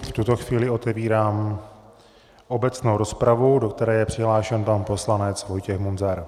V tuto chvíli otevírám obecnou rozpravu, do které je přihlášen pan poslanec Vojtěch Munzar.